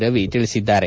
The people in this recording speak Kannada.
ರವಿ ಹೇಳಿದ್ದಾರೆ